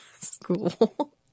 school